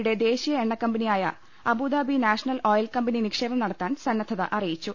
യുടെ ദേശീയ എണ്ണക്കമ്പനിയായ അബുദാബി നാഷണൽ ഓയിൽക്കമ്പനി നിക്ഷേപം നടത്താൻ സന്നദ്ധത അറിയിച്ചു